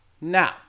Now